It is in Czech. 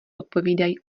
odpovídají